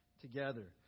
together